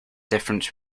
difference